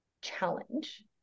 challenge